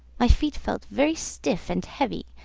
my feet felt very stiff and heavy,